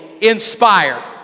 inspired